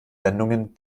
wendungen